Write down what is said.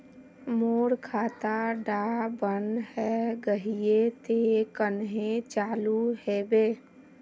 मोर खाता डा बन है गहिये ते कन्हे चालू हैबे?